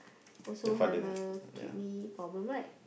also have a kidney problem right